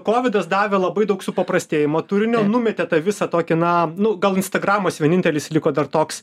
kovidas davė labai daug supaprastėjimo turinio numetė tą visą tokį na gal instagramas vienintelis liko dar toks